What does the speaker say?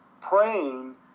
praying